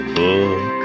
book